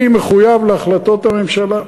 אני מחויב להחלטות הממשלה.